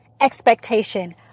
expectation